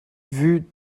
vues